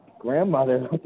grandmother